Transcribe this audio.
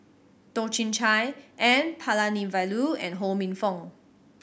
Toh Chin Chye N Palanivelu and Ho Minfong